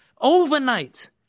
overnight